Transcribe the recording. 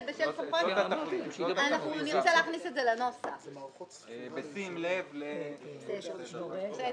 בשל סמכויות --- בשים לב ל- -- בסדר,